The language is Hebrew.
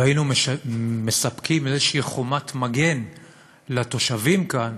והיינו מספקים איזו חומת מגן לתושבים כאן,